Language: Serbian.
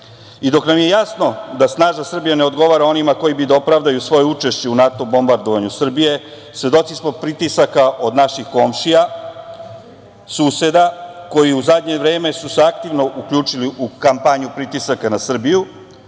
dok nam je jasno da snažna Srbija ne odgovara onima koji bi da opravdaju svoje učešće u NATO bombardovanju Srbije, svedoci smo pritisaka od naših komšija, suseda, koji su se u zadnje vreme aktivno uključili u kampanju pritisaka na Srbiju,